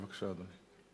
בבקשה, אדוני.